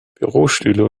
bürostühle